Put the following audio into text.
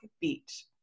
Beach